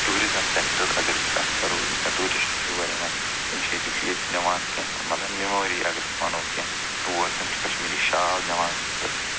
tourism sector اَگر أسۍ کَتھ کَرو ییٚمہِ ساتہٕ ٹوٗرِشٹ چھِ یور یِوان تِم چھِ تِم چھِ ییٚتہِ نِوان کیٚنہہ مطلب میموری اگر أسۍ وَنَو کینٛہہ تور تِم چھِ کَشمیٖری شال نِوان تہٕ